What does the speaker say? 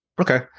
Okay